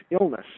illness